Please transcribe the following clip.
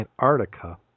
Antarctica